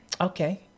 Okay